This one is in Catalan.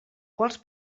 quals